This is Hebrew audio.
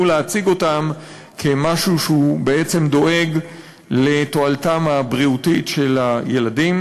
להציג אותן כמשהו שדואג לתועלתם הבריאותית של הילדים.